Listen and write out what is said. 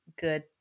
good